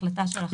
החלטה שלכם.